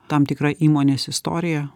tam tikra įmonės istorija